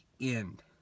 end